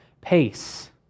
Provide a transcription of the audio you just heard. pace